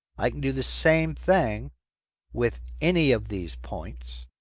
i can do the same thing with any of these points.